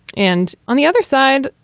and on the other side,